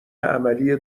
عملی